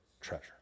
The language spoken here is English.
treasure